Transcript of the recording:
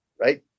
right